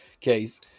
case